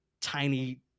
tiny